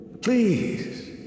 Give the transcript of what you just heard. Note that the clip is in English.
Please